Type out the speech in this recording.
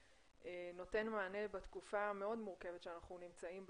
נותן מענה בתקופה המאוד מורכבת בה אנחנו נמצאים,